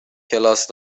کلاس